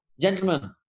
gentlemen